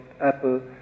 Apple